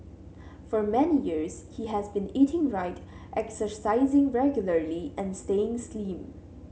for many years he has been eating right exercising regularly and staying slim